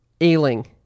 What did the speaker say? Ailing